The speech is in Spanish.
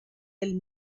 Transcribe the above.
del